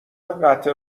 قطع